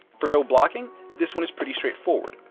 for no blocking this one is pretty straightforward,